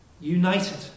united